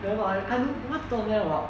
then hor I mean not told them about